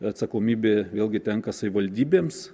atsakomybė vėlgi tenka savivaldybėms